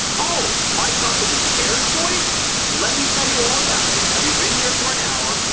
oh, my company carechoice. let me tell you all about it. we've been here for an hour.